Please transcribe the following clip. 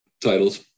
titles